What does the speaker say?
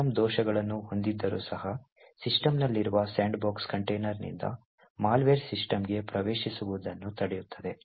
system ದೋಷಗಳನ್ನು ಹೊಂದಿದ್ದರೂ ಸಹ ಸಿಸ್ಟಮ್ನಲ್ಲಿರುವ ಸ್ಯಾಂಡ್ಬಾಕ್ಸ್ ಕಂಟೇನರ್ನಿಂದ ಮಾಲ್ವೇರ್ ಸಿಸ್ಟಮ್ಗೆ ಪ್ರವೇಶಿಸುವುದನ್ನು ತಡೆಯುತ್ತದೆ